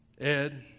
Ed